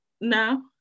no